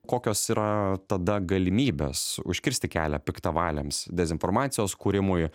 kokios yra tada galimybės užkirsti kelią piktavaliams dezinformacijos kūrimui